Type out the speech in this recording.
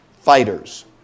fighters